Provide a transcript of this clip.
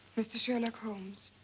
mr. sherlock holmes.